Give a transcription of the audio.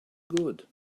good